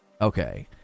Okay